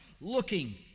looking